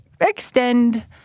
extend